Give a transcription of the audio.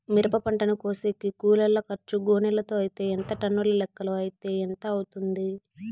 మిరప పంటను కోసేకి కూలోల్ల ఖర్చు గోనెలతో అయితే ఎంత టన్నుల లెక్కలో అయితే ఎంత అవుతుంది?